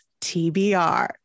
TBR